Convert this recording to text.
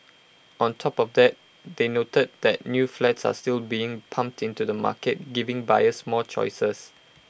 on top of that they noted that new flats are still being pumped into the market giving buyers more choices